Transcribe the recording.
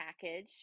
package